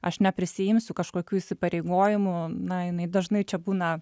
aš neprisiimsiu kažkokių įsipareigojimų na jinai dažnai čia būna